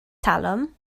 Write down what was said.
talwm